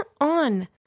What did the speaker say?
on